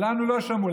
לנו לא שמעו,